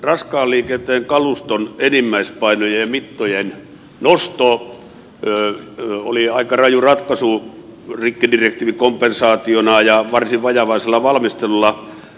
raskaan liikenteen kaluston enimmäispainojen ja mittojen nosto oli aika raju ratkaisu rikkidirektiivikompensaationa ja varsin vajavaisella valmistelulla